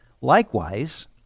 Likewise